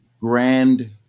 grand